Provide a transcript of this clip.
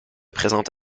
présente